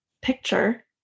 picture